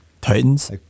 Titans